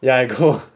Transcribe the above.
ya I go